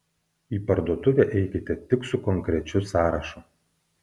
į parduotuvę eikite tik su konkrečiu sąrašu